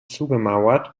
zugemauert